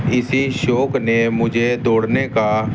اسی شوق نے مجھے دوڑنے کا